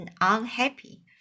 unhappy